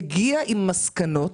הגיע עם מסקנות,